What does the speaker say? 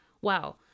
Wow